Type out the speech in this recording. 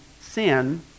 sin